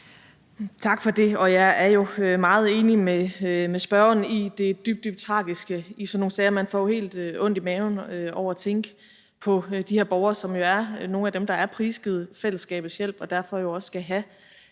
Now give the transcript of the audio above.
Tak for det. Jeg er jo meget enig med spørgeren i det dybt, dybt tragiske i sådan nogle sager. Man får jo helt ondt i maven af at tænke på de her borgere, som jo er nogle af dem, der er prisgivet og afhængige af fællesskabets hjælp og derfor også skal kunne